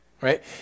right